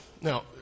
Now